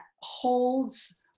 holds